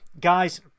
guys